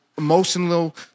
emotional